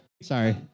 Sorry